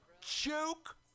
Joke